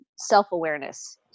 self-awareness